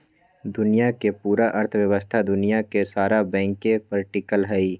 दुनिया के पूरा अर्थव्यवस्था दुनिया के सारा बैंके पर टिकल हई